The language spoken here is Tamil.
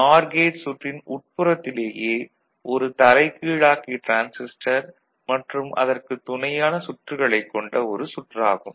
நார் கேட் சுற்றின் உட்புறத்திலேயே ஒரு தலைகீழாக்கி டிரான்சிஸ்டர் மற்றும் அதற்குத் துணையான சுற்றுகளைக் கொண்ட ஒரு சுற்று ஆகும்